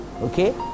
Okay